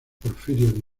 porfirio